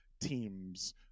teams